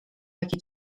takie